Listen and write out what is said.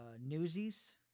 Newsies